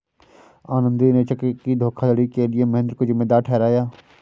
आनंदी ने चेक की धोखाधड़ी के लिए महेंद्र को जिम्मेदार ठहराया